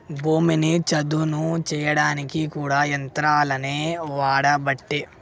భూమిని చదును చేయడానికి కూడా యంత్రాలనే వాడబట్టే